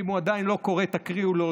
אם הוא עדיין לא קורא, תקריאו לו.